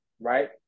right